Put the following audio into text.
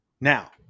Now